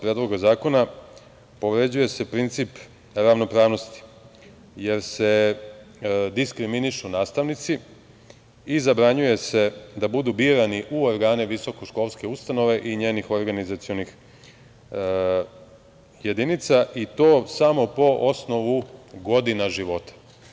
Predloga zakona povređuje se princip ravnopravnosti, jer se diskriminišu nastavnici i zabranjuje se da budu birani u organe visokoškolske ustanove i njenih organizacionih jedinica, i to samo po osnovu godina života.